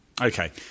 Okay